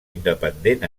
independent